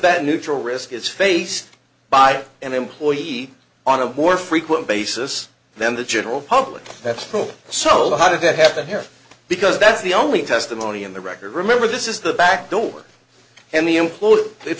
that neutral risk is faced by an employee on a more frequent basis then the general public that spoke some of the how did it happen here because that's the only testimony in the record remember this is the back door and the